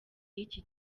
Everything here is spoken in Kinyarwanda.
y’iki